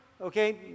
Okay